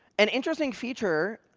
an interesting feature,